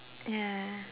yeah